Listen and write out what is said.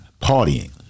partying